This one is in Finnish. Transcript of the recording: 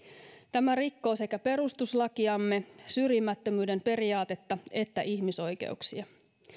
tämä rikkoo sekä perustuslakiamme syrjimättömyyden periaatetta että ihmisoikeuksia